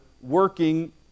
Working